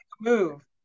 Move